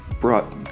brought